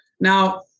Now